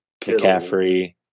McCaffrey